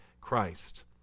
Christ